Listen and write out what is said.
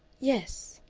yes.